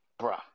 bruh